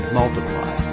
multiply